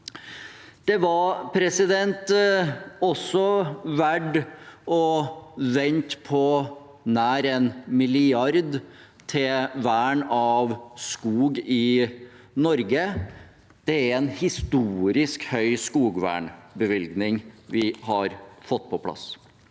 Det var også verdt å vente på nær 1 mrd. kr til vern av skog i Norge. Det er en historisk høy skogvernbevilgning vi har fått på plass.